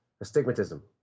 astigmatism